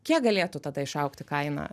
kiek galėtų tada išaugti kaina